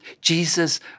Jesus